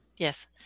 Yes